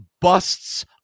busts